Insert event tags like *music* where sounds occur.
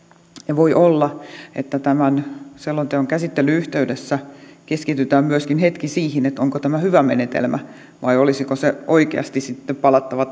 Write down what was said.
voi olla että tämän selonteon käsittelyn yhteydessä keskitytään hetki myöskin siihen onko tämä hyvä menetelmä vai olisiko oikeasti sitten palattava *unintelligible*